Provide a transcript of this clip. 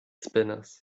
spinners